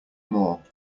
more